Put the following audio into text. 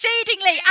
exceedingly